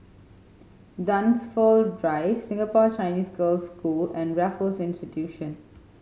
Dunsfold Drive Singapore Chinese Girls' School and Raffles Institution